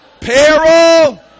peril